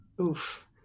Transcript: Oof